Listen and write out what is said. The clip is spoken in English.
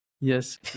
Yes